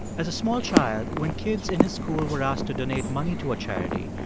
as a small child, when kids in his school were asked to donate money to a charity,